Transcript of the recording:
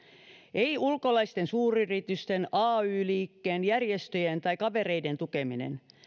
ei ulkomaisten suuryritysten ay liikkeen järjestöjen tai kavereiden tukeminen